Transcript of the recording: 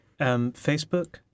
Facebook